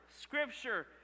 scripture